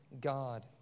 God